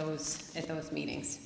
those at those meetings